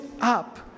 up